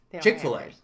Chick-fil-A